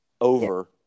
Over